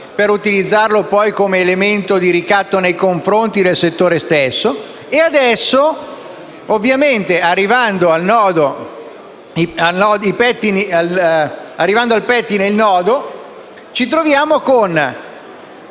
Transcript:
per utilizzarlo poi come elemento di ricatto nei confronti del settore stesso. Adesso, arrivando al pettine il nodo, ci troviamo con